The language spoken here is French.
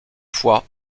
fois